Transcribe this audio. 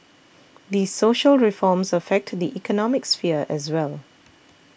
the social reforms affectly economic sphere as well